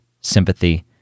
sympathy